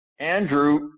Andrew